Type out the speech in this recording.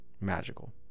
magical